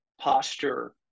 posture